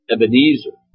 Ebenezer